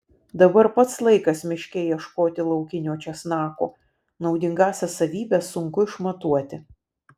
dabar pats laikas miške ieškoti laukinio česnako naudingąsias savybes sunku išmatuoti